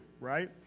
right